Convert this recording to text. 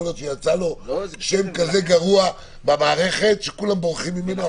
יכול להיות שיצא לו שם כזה גרוע במערכת שכולם בורחים ממנו.